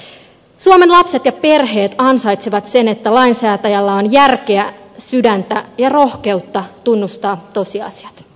suomen lapset ja perheet ansaitsevat sen että lainsäätäjällä on järkeä sydäntä ja rohkeutta tunnustaa tosiasiat